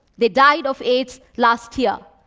they died of aids last year.